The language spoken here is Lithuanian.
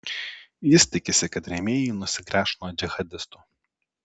jis tikisi kad rėmėjai nusigręš nuo džihadistų